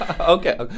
okay